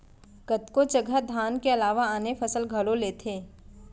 कतको जघा धान के अलावा आने फसल घलौ लेथें